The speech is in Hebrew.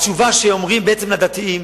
התשובה שאומרים בעצם לדתיים,